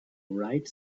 right